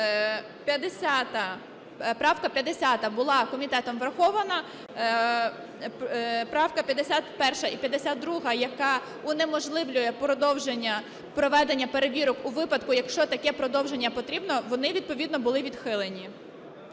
правка 50 була комітетом врахована. Правка 51 і 52, яка унеможливлює продовження проведення перевірок у випадку, якщо таке продовження потрібно, вони відповідно були відхилені.